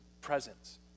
presence